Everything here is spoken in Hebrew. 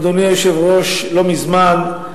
אדוני היושב-ראש, לא מזמן,